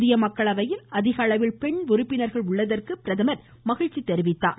புதிய மக்களவையில் அதிக அளவில் பெண் உறுப்பினர்கள் உள்ளதற்கு பிரதமர் மகிழ்ச்சி தெரிவித்தார்